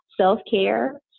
self-care